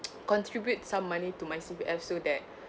contribute some money to my C_P_F so that